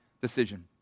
decision